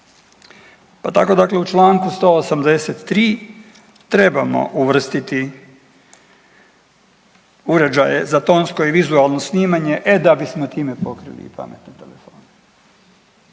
Pa tako dakle, u čl. 183 trebamo uvrstiti uređaje za tonsko i vizualno snimanje e da bismo time pokrili i pametne telefone.